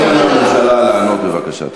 תנו לממשלה לענות בבקשה.